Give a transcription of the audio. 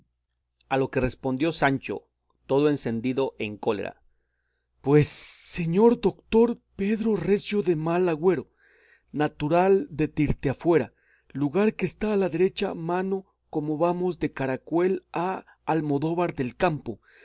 a lo que respondió sancho todo encendido en cólera pues señor doctor pedro recio de mal agüero natural de tirteafuera lugar que está a la derecha mano como vamos de caracuel a almodóvar del campo